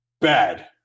bad